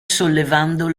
sollevando